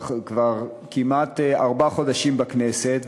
כבר כמעט ארבעה חודשים בכנסת,